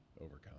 overcome